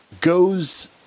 goes